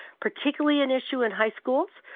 particularly an issue in high schools,